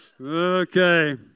Okay